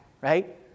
right